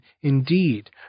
indeed